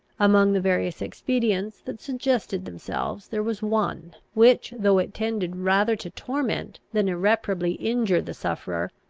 among the various expedients that suggested themselves, there was one, which, though it tended rather to torment than irreparably injure the sufferer,